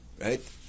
Right